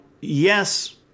yes